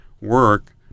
work